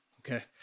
Okay